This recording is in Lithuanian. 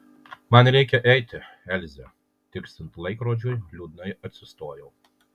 man reikia eiti elze tiksint laikrodžiui liūdnai atsistojau